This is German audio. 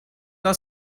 aus